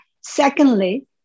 Secondly